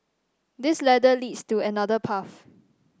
this ladder leads to another path